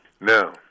Now